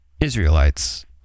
Israelites